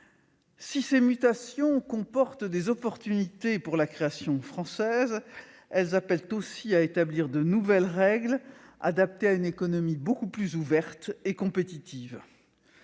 Si ces mutations comportent des chances pour la création française, elles appellent aussi à établir de nouvelles règles, adaptées à une économie beaucoup plus ouverte et compétitive.